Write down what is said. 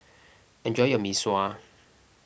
enjoy your Mee Sua